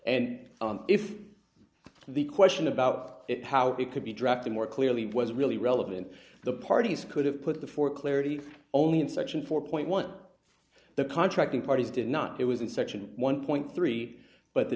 and if the question about it how it could be drafted more clearly was really relevant the parties could have put the for clarity only in section four point one the contracting parties did not it was in section one three but the